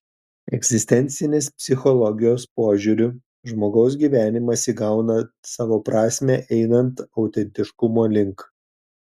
egzistencinės psichologijos požiūriu žmogaus gyvenimas įgauna savo prasmę einant autentiškumo link